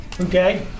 Okay